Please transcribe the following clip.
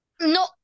No